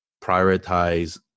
prioritize